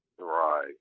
Right